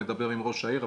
נדבר עם ראש העיר,